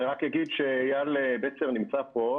אני רק אגיד שאייל בצר נמצא פה,